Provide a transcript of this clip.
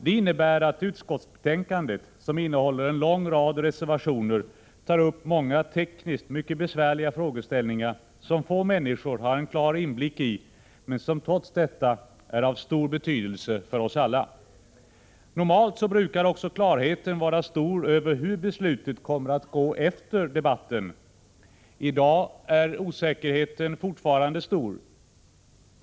Det innebär att utskottsbetänkandet, som innehåller en lång rad reservationer, tar upp många tekniskt mycket besvärliga frågeställningar som få människor har en klar inblick i, men som trots detta är av stor betydelse för oss alla. Normalt brukar också klarheten vara stor över hur beslutet efter debatten kommer att bli. I dag är osäkerheten fortfarande stor.